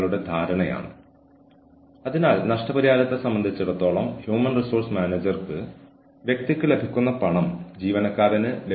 ഇരയ്ക്ക് പ്രാഥമികമായി ആക്രമണകാരിയുമായുള്ള സമ്പർക്കം ഒഴിവാക്കാൻ സ്ഥലംമാറ്റം അല്ലെങ്കിൽ പുനർനിയമനം നൽകുന്നു രണ്ടുപേരെയും ശാരീരികമായി വേർതിരിക്കുന്നു